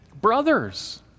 brothers